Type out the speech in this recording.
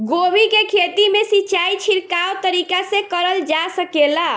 गोभी के खेती में सिचाई छिड़काव तरीका से क़रल जा सकेला?